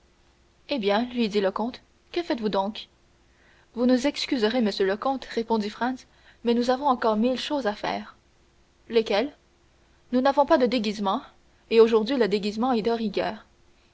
eh bien lui dit le comte que faites-vous donc vous nous excuserez monsieur le comte répondit franz mais nous avons encore mille choses à faire lesquelles nous n'avons pas de déguisements et aujourd'hui le déguisement est de rigueur